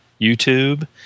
YouTube